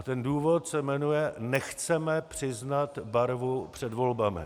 Ten důvod se jmenuje nechceme přiznat barvu před volbami.